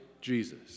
Jesus